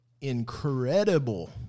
incredible